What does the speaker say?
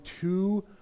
two